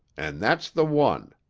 and that's the one.